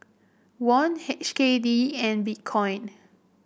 Won H K D and Bitcoin